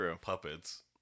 puppets